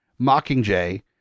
Mockingjay